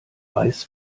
weiß